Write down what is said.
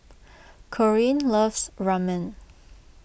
Corrine loves Ramen